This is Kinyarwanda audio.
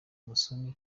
musoni